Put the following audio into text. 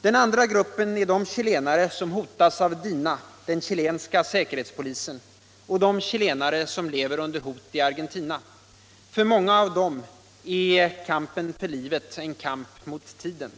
Den andra gruppen är de chilenare som hotats av DINA, den chilenska säkerhetspolisen, och de chilenare som lever under hot i Argentina. För många av dessa är kampen för livet en kamp mot tiden.